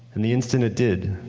and the instant it did,